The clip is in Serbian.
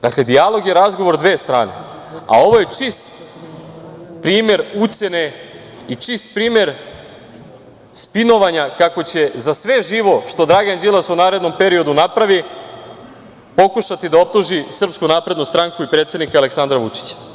Dakle, dijalog je razgovor dve strane, a ovo je čist primer ucene i čist primer spinovanja kako će za sve živo što Dragan Đilas u narednom periodu napravi pokušati da optuži Srpsku naprednu stranku i predsednika Aleksandra Vučića.